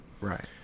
right